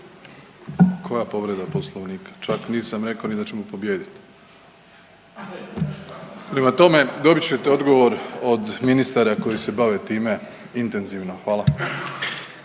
Koja povreda Poslovnika? Čak nisam rekao ni da ćemo pobijediti. Prema tome, dobit ćete odgovor od ministara koji se bave time intenzivno. Hvala.